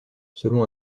selon